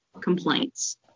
complaints